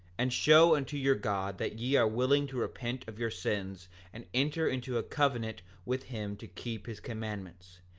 and show unto your god that ye are willing to repent of your sins and enter into a covenant with him to keep his commandments,